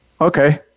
Okay